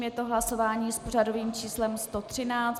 Je to hlasování s pořadovým číslem 113.